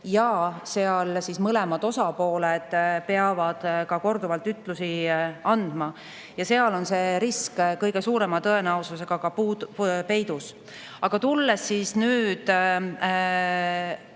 ja mõlemad osapooled peavad korduvalt ütlusi andma. Seal on see risk kõige suurema tõenäosusega peidus. Aga tulles nüüd